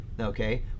Okay